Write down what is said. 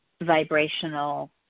vibrational